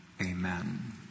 Amen